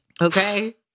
Okay